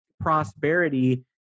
prosperity